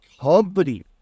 company